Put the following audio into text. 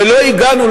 ולא הגענו,